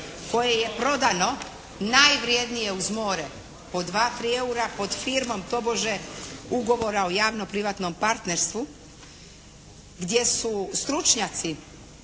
koje je prodano najvrijednije uz more po 2, 3 EUR-a pod firmom tobože ugovora o javno-privatnom partnerstvu gdje su stručnjaci